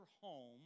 home